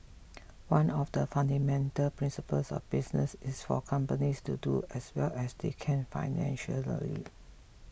one of the fundamental principles of business is for companies to do as well as they can financially